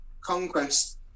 conquest